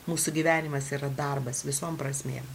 mūsų gyvenimas yra darbas visom prasmėm